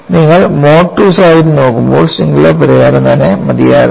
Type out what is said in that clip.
നിങ്ങൾ mode II സാഹചര്യം നോക്കുമ്പോൾ സിംഗുലാർ പരിഹാരം തന്നെ മതിയായതാണ്